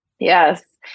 Yes